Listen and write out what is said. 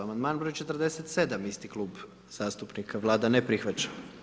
Amandman broj 47. isti klub zastupnika, Vlada ne prihvaća.